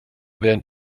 während